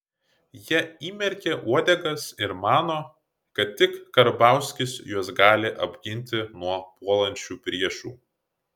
jie įmerkė uodegas ir mano kad tik karbauskis juos gali apginti nuo puolančių priešų